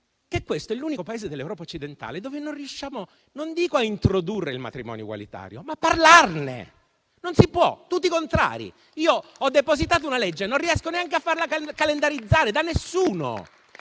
che questo è l'unico Paese dell'Europa occidentale dove non riusciamo non dico a introdurre il matrimonio egualitario, ma neanche a parlarne. Non si può: tutti contrari. Io ho depositato un disegno di legge e non riesco neanche a farlo calendarizzare, da nessuno.